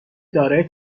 دارای